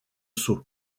saut